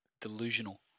delusional